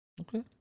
Okay